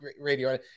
radio